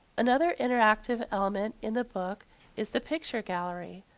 another interactive element in the book is the picture gallery.